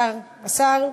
השר, השר,